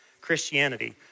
Christianity